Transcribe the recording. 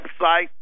website